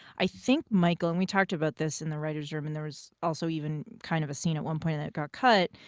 i think michael, and we talked about this in the writers' room, and there was also even kind of a scene at one point, and it got cut,